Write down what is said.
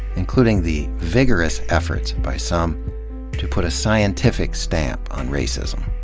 including the vigorous efforts by some to put a scientific stamp on racism.